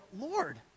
Lord